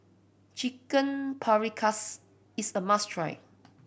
Chicken Paprikas is a must try